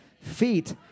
feet